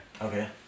Okay